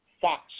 Fox